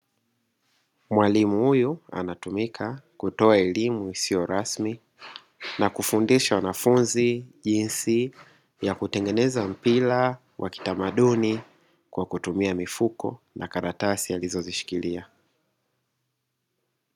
Mwalimu huyu anatumika kutoa elimu isiyo rasmi, na kufundisha wanafunzi jinsi ya kutengeneza mpira wa kitamaduni kwa kutumia mifuko na karatasi alizozishikilia.